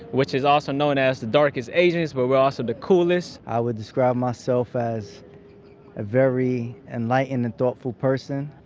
which is also known as the darkest asians, but we're also the coolest i would describe myself as a very enlightened and thoughtful person.